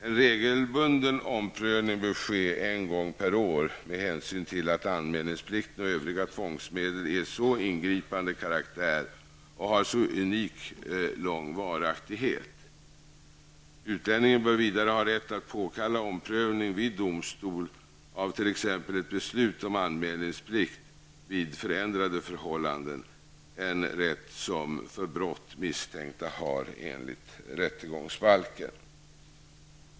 En regelbunden omprövning bör ske en gång per år med hänsyn till att anmälningsplikten och övriga tvångsmedel är av så ingripande karaktär och har så unikt lång varaktighet. Utlänningen bör vidare ha rätt att påkalla omprövning vid domstol av t.ex. ett beslut om anmälningsplikt vid förändrade förhållanden, en rätt som de för brott misstänkta har enligt rättegångsbalken.